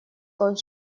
тот